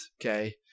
Okay